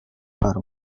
faro